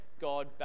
God